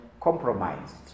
compromised